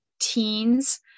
teens